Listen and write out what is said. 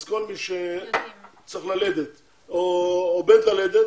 אז כל מי שצריכה ללדת או עומדת ללדת,